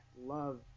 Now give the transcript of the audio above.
love